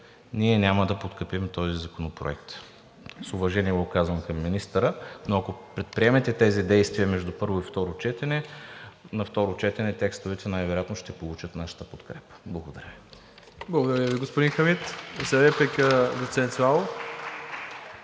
ние няма да подкрепим този законопроект. С уважение го казвам към министъра. Но ако предприемете тези действия между първо и второ четене, на второ четене текстовете най-вероятно ще получат нашата подкрепа. Благодаря. ПРЕДСЕДАТЕЛ МИРОСЛАВ ИВАНОВ: Благодаря